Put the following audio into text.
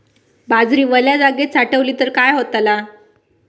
बाजरी वल्या जागेत साठवली तर काय होताला?